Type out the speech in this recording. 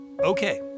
Okay